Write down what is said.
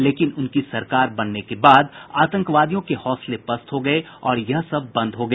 लेकिन उनकी सरकार बनने के बाद आतंकवादियों के हौसले पस्त हो गये और यह सब बंद हो गया